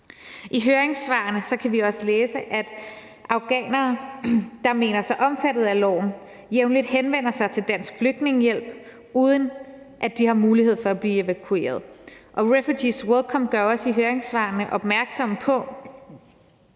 I høringssvarene kan vi også læse, at afghanere, der mener sig omfattet af loven, jævnligt henvender sig til Dansk Flygtningehjælp, uden at de har mulighed for at blive evakueret. Og Refugees Welcome gør i høringssvarene opmærksom på,